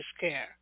care